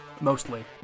mostly